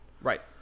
Right